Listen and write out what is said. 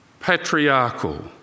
patriarchal